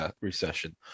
recession